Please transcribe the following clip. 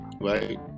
right